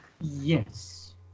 Yes